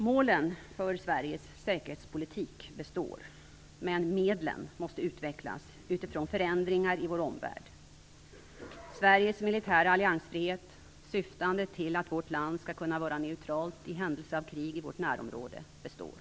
Målen för Sveriges säkerhetspolitik består, men medlen måste utvecklas utifrån förändringar i vår omvärld. Sveriges militära alliansfrihet, syftande till att vårt land skall kunna vara neutralt i händelse av krig i vårt närområde, består.